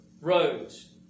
roads